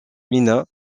mina